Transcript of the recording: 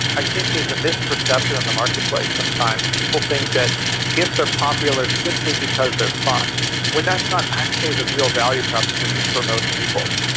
i think there's a misperception in the marketplace sometimes. people think that gifs are popular simply because they are fun when that's not actually the real value proposition for most people.